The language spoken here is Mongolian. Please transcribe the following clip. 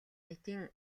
нийтийн